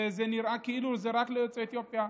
וזה נראה כאילו זה רק ליוצאי אתיופיה,